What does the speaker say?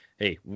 Hey